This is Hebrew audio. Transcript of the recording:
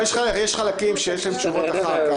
יש חלקים שיש עליהם תשובות בהצעה.